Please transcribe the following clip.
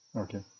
okay